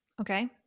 Okay